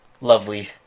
lovely